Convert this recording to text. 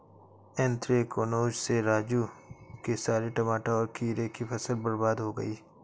anthracnose से राजू के सारे टमाटर और खीरे की फसल बर्बाद हो गई